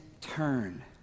turn